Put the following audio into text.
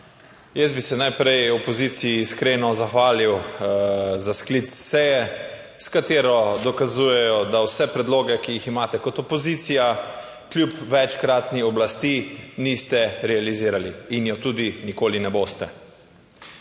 Jaz bi se najprej opoziciji iskreno zahvalil za sklic seje, s katero dokazujejo, da vse predloge, ki jih imate kot opozicija, kljub večkratni oblasti niste realizirali in je tudi nikoli ne boste.